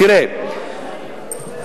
תראה,